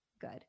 Good